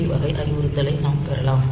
B வகை அறிவுறுத்தலை நாம் பெறலாம்